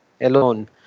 alone